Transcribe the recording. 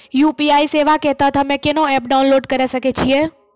UPI सेवा के तहत हम्मे केना एप्प डाउनलोड करे सकय छियै?